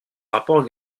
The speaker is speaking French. rapport